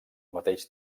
mateix